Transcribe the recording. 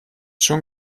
schon